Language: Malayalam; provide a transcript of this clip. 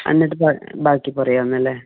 എന്നിട്ട് ബ ബാക്കി പറയാമെന്നല്ലേ